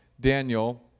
Daniel